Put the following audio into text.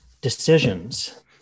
decisions